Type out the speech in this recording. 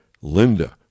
Linda